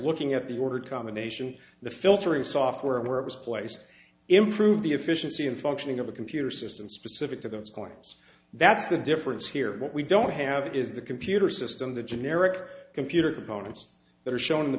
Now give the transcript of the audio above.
looking at the order combination the filtering software and where it was placed improve the efficiency and functioning of the computer system specific to those coins that's the difference here what we don't have is the computer system the generic computer components that are shown in the